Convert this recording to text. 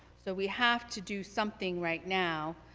so we have to do something right now,